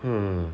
mm